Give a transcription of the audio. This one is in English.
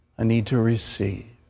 ah need to receive.